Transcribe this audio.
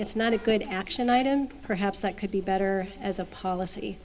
it's not a good action item perhaps that could be better as a policy